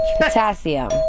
Potassium